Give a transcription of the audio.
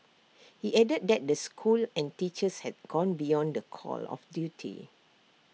he added that the school and teachers had gone beyond the call of duty